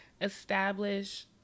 Establish